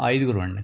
ఐదుగురం అండి